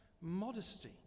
modesty